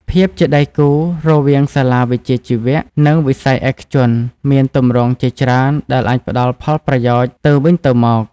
ភាពជាដៃគូរវាងសាលាវិជ្ជាជីវៈ និងវិស័យឯកជនមានទម្រង់ជាច្រើនដែលអាចផ្តល់ផលប្រយោជន៍ទៅវិញទៅមក។